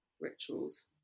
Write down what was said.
rituals